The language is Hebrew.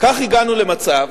כך הגענו למצב